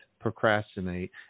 procrastinate